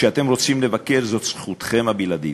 כשאתם רוצים לבקר זאת זכותכם הבלעדית,